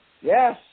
Yes